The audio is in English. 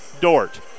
Dort